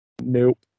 Nope